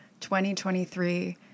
2023